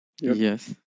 yes